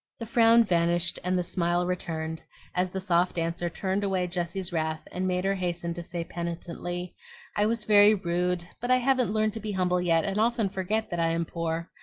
the frown vanished and the smile returned as the soft answer turned away jessie's wrath and made her hasten to say penitently i was very rude but i haven't learned to be humble yet, and often forget that i am poor.